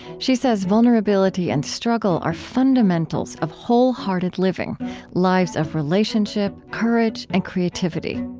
she says vulnerability and struggle are fundamentals of wholehearted living lives of relationship, courage, and creativity